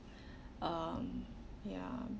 um ya